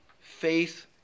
faith